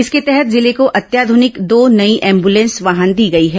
इसके तहत जिले को अत्याध्रनिक दो नई एंबुलेंस वाहन दी गई है